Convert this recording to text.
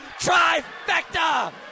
trifecta